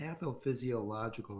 pathophysiological